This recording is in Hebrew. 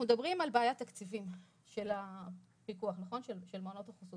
אנחנו מדברים על בעיית תקציבים של מעונות החסות.